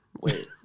Wait